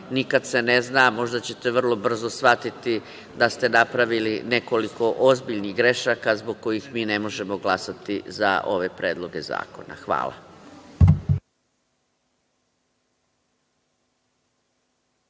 nikad se ne zna, možda ćete vrlo brzo shvatiti da ste napravili nekoliko ozbiljnih grešaka zbog kojih ne možemo glasati za ove predloge zakona. Hvala.